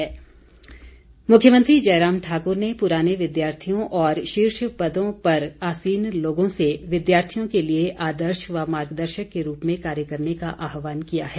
मुख्यमंत्री मोती मुख्यमंत्री जयराम ठाक्र ने पुराने विद्यार्थियों और शीर्ष पदों पर आसीन लोगों से विद्यार्थियों के लिए आदर्श व मार्गदर्शक के रूप में कार्य करने का आहवान किया है